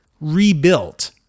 rebuilt